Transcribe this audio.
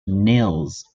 nails